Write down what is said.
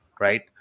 Right